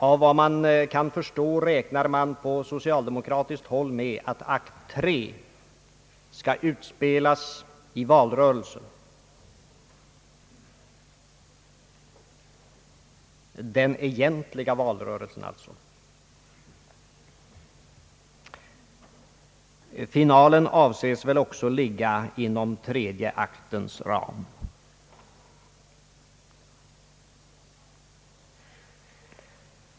Av vad man kan förstå räknas på socialdemokratiskt håll med att akt 3 skall utspelas i valrörelsen — den egentliga valrörelsen alltså. Finalen avses väl också ligga inom tredje aktens ram.